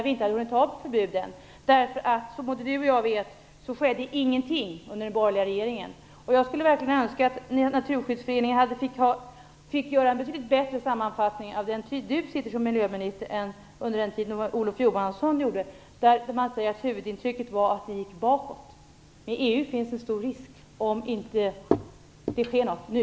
Vi hann dock inte ta upp förbuden. Som både jag och miljöministern vet skedde ingenting under den borgerliga regeringen. Jag skulle verkligen önska att Naturskyddsföreningen får göra en betydligt bättre sammanfattning av den tid Anna Lindh sitter som miljöminister än av Olof Johanssons tid. Huvudintrycket var då att det gick bakåt. I EU finns det en stor risk - om det inte sker något nu.